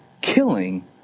killing